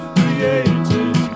created